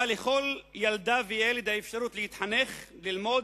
שבה לכל ילדה וילד יש האפשרות להתחנך, ללמוד,